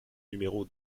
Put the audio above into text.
numéro